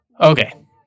Okay